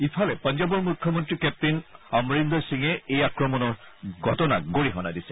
ইফালে পঞ্জাবৰ মুখ্যমন্ত্ৰী কেপ্তেইন অমৰিন্দৰ সিঙে এই আক্ৰমণৰ ঘটনাক গৰিহণা দিছে